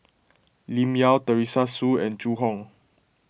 Lim Yau Teresa Hsu and Zhu Hong